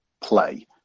play